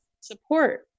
support